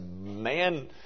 man